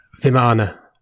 Vimana